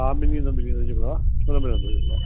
हा मिली वेंदो मिली वेंदो जेको आहे छो न मिलंदो इहो ॿुधायो